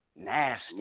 nasty